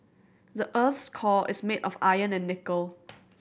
the earth's core is made of iron and nickel